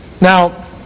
Now